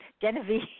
Genevieve